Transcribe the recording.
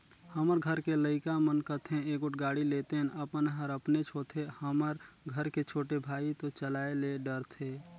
हमर घर के लइका मन कथें एगोट गाड़ी लेतेन अपन हर अपनेच होथे हमर घर के छोटे भाई तो चलाये ले डरथे